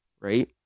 right